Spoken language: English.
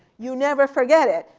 you never forget it.